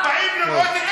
באים לראות,